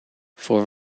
voor